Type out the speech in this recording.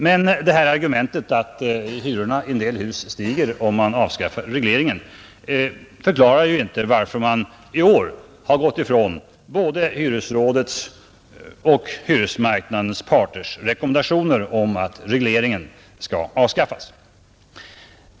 Men argumentet att hyrorna i en del hus stiger om man avskaffar regleringen förklarar ju inte varför man i år gått ifrån både hyresrådets och hyresmarknadens parters rekommendationer att avskaffa regleringen.